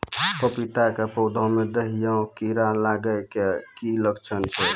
पपीता के पौधा मे दहिया कीड़ा लागे के की लक्छण छै?